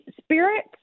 spirit